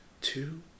two